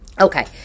okay